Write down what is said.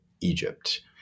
Egypt